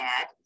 add